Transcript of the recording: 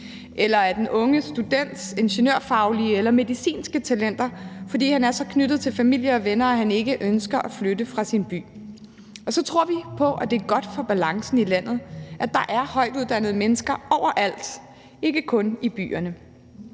eller den unge student, der er et ingeniørfagligt eller medicinsk talent, fordi han er så knyttet til familie og venner, at han ikke ønsker at flytte fra sin by. Og så tror vi på, at det er godt for balancen i landet, at der er højtuddannede mennesker overalt, ikke kun i byerne.